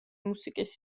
მუსიკის